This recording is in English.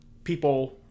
People